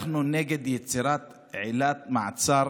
אנחנו נגד יצירת עילת מעצר